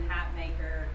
Hatmaker